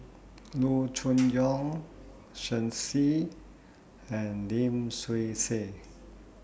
Loo Choon Yong Shen Xi and Lim Swee Say